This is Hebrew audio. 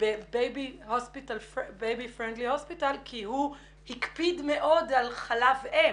ב-בייבי פרנדלי הוספיטל כי הוא הקפיד מאוד על חלב אם.